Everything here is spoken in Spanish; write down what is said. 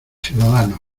ciudadanos